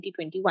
2021